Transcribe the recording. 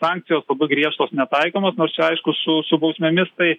sankcijos labai griežtos netaikomas nors čia aišku su su bausmėmis tai